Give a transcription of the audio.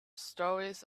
stories